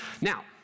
Now